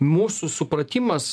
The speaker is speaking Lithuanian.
mūsų supratimas